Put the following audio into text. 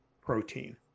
protein